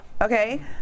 Okay